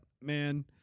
man